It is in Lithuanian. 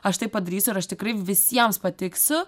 aš tai padarysiu ir aš tikrai visiems patiksiu